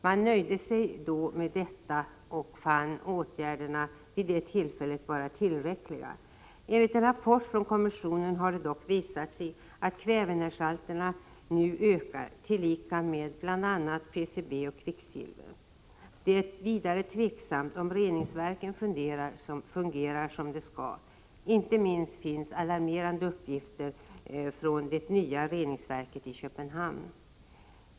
Man nöjde sig vid det tillfället med detta och fann åtgärderna vara tillräckliga. Enligt en rapport från kommissionen har det dock visat sig att kvävenärsalterna nu ökar, liksom halterna av bl.a. PCB och kvicksilver. Det är vidare tveksamt om reningsverken fungerar som de skall. Inte minst finns alarmerande uppgifter från det nya reningsverket i Köpenhamn.